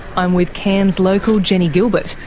i'm with cairns local jennie gilbert,